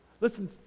Listen